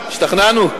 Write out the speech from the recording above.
השתכנענו?